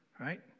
right